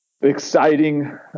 exciting